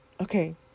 Okay